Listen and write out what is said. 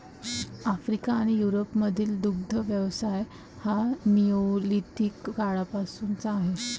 Africa आणि युरोपमधील दुग्ध व्यवसाय हा निओलिथिक काळापासूनचा आहे